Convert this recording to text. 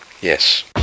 Yes